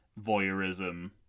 voyeurism